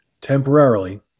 temporarily